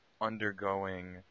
undergoing